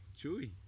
chewy